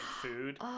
food